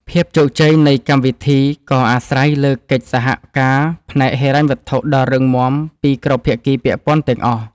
ភាពជោគជ័យនៃកម្មវិធីក៏អាស្រ័យលើកិច្ចសហការផ្នែកហិរញ្ញវត្ថុដ៏រឹងមាំពីគ្រប់ភាគីពាក់ព័ន្ធទាំងអស់។